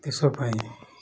ଦେଶ ପାଇଁ